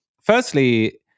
Firstly